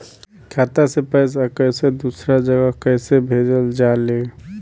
खाता से पैसा कैसे दूसरा जगह कैसे भेजल जा ले?